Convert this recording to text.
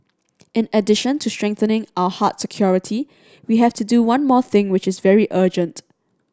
in addition to strengthening our hard security we have to do one more thing which is very urgent